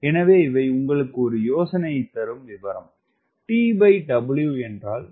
எனவே இவை உங்களுக்கு ஒரு யோசனையைத் தரும் விவரம் TW என்றால் என்ன